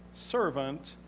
servant